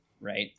right